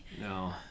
No